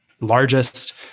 largest